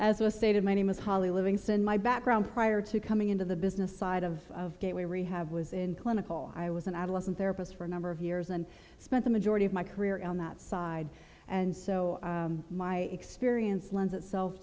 as was stated my name is holly livingston my background prior to coming into the business side of rehab was in clinical i was an adolescent therapist for a number of years and spent the majority of my career on that side and so my experience lends itself